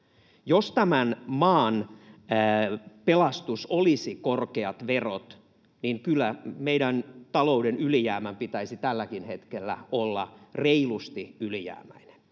Jos tämän maan pelastus olisivat korkeat verot, niin kyllä meidän talouden pitäisi tälläkin hetkellä olla reilusti ylijäämäinen.